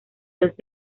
los